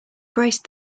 braced